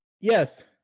yes